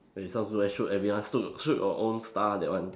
then you start shoot everyone shoot shoot your own star that one